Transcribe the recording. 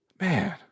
Man